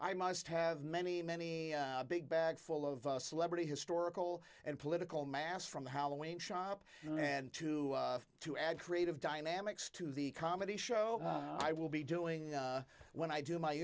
i must have many many big bag full of celebrity historical and political mass from halloween shop and to to add creative dynamics to the comedy show i will be doing when i do my